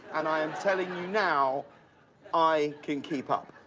and i am telling you now i can keep up.